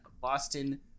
Boston